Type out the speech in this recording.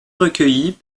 recueillis